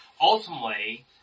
ultimately